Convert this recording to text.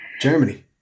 Germany